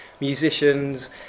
musicians